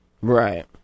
Right